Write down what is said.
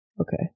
Okay